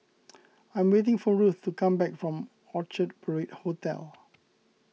I am waiting for Ruth to come back from Orchard Parade Hotel